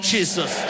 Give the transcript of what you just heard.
Jesus